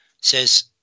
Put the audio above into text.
Says